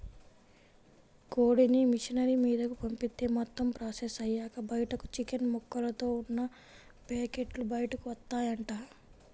కోడిని మిషనరీ మీదకు పంపిత్తే మొత్తం ప్రాసెస్ అయ్యాక బయటకు చికెన్ ముక్కలతో ఉన్న పేకెట్లు బయటకు వత్తాయంట